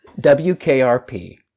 wkrp